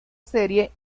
serie